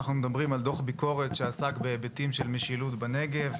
אנחנו מדברים על דוח ביקורת שעסק בהיבטים של משילות בנגב.